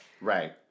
Right